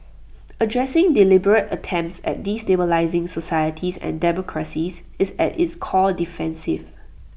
addressing deliberate attempts at destabilising societies and democracies is at its core defensive